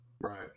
right